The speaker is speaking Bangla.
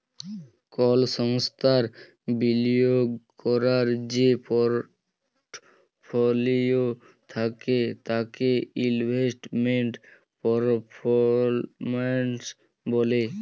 কল সংস্থার বিলিয়গ ক্যরার যে পরটফলিও থ্যাকে তাকে ইলভেস্টমেল্ট পারফরম্যালস ব্যলে